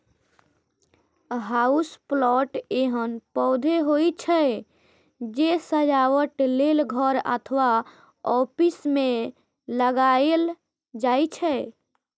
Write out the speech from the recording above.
house plant एहन पौधा होइ छै, जे सजावट लेल घर अथवा ऑफिस मे लगाएल जाइ छै